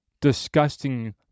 disgusting